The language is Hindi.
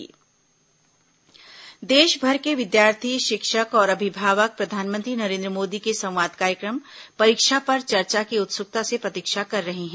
परीक्षा पर चर्चा देशभर के विद्यार्थी शिक्षक और अभिभावक प्रधानमंत्री नरेन्द्र मोदी के संवाद कार्यक्रम परीक्षा पर चर्चा की उत्सुकता से प्रतीक्षा कर रहे हैं